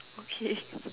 okay